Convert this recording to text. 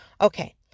Okay